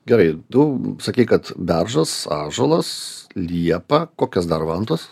gerai tu sakei kad beržas ąžuolas liepa kokios dar vantos